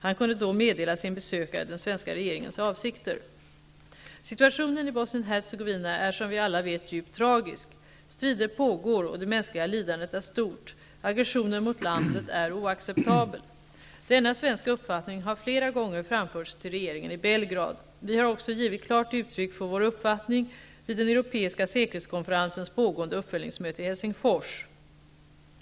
Han kunde då meddela sin besökare den svenska regeringens avsikter. Situationen i Bosnien-Hercegovina är som vi alla vet djupt tragisk. Strider pågår, och det mänskliga lidandet är stort. Aggressionen mot landet är oacceptabel. Denna svenska uppfattning har flera gånger framförts till regeringen i Belgrad. Vi har också givit klart uttryck för vår uppfattning vid den europeiska säkerhetskonferensens pågående uppföljningsmöte i Helsingfors.